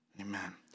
Amen